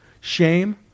shame